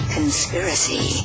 Conspiracy